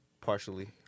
partially